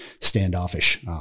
standoffish